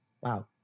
wow